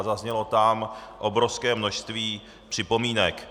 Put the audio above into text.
Zaznělo tam obrovské množství připomínek.